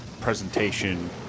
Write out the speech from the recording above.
presentation